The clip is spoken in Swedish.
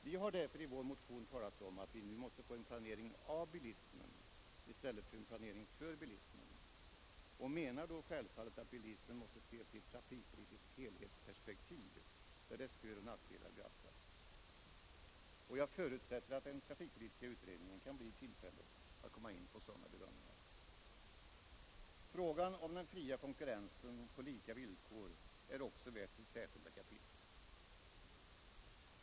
Vi har därför i vår motion talat om att man nu måste få en planering av bilismen i stället för en planering för bilismen och menar då självfallet att bilismen måste ses i ett trafikpolitiskt helhetsperspektiv, där dess föroch nackdelar beaktas. Jag förutsätter att den trafikpolitiska utredningen kan bli i tillfälle att komma in på sådana bedömningar. Frågan om den fria konkurrensen på lika villkor är också värd sitt särskilda kapitel.